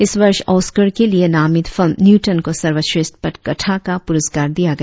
इस वर्ष आँस्कर के लिए नामित फिल्म न्यूटन को सर्वश्रेष्ठ पटकथा का पुरस्कार दिया गया